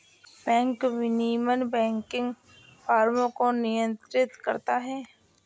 bank विनियमन banking फ़र्मों को नियंत्रित करता है